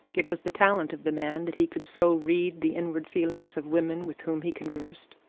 it was the talent of the man that he could so read the inward feelings of women with whom he conversed.